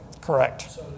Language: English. Correct